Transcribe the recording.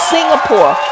Singapore